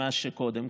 מה שקודם,